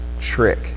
trick